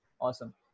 Awesome